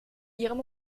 ihrem